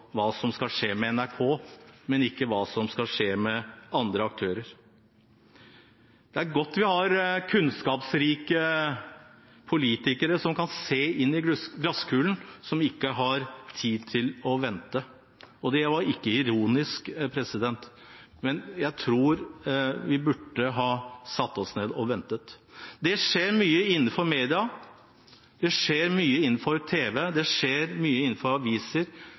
hva som skal skje med NRK, og ikke av hva som skal skje med andre aktører. Det er godt vi har kunnskapsrike politikere som kan se inn i glasskulen, som ikke har tid til å vente. Det er ikke ironisk, men jeg tror vi burde ha satt oss ned og ventet. Det skjer mye innenfor media. Det skjer mye innenfor tv. Det skjer mye innenfor aviser.